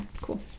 cool